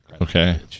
Okay